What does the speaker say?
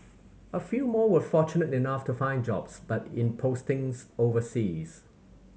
a few more were fortunate enough to find jobs but in postings overseas